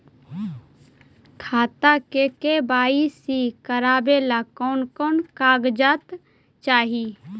खाता के के.वाई.सी करावेला कौन कौन कागजात चाही?